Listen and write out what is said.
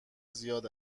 زیاد